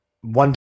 One